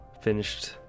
finished